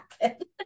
happen